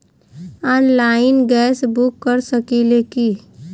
Online gas book कर सकिले की?